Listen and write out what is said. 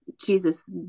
Jesus